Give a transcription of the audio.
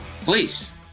Please